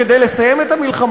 כדי לסיים את המלחמות,